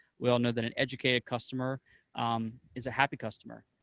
we all know that an educated customer is a happy customer.